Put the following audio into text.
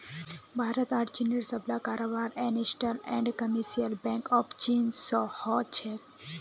भारत आर चीनेर सबला कारोबार industrial and commercial bank of China स हो छेक